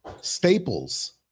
staples